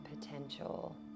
potential